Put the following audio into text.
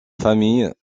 famille